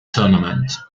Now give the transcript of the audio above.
tournament